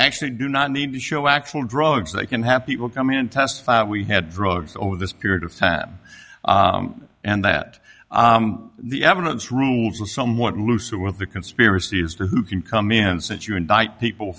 actually do not need to show actual drugs they can have people come in and testify that we had drugs over this period of time and that the evidence rules are somewhat looser with the conspiracy as to who can come in and sit you indict people